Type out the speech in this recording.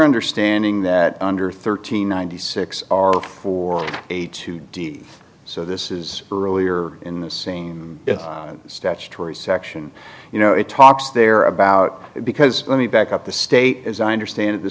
understanding that under thirteen ninety six are for a two deeds so this is earlier in the same statutory section you know it talks there about it because let me back up the state as i understand it the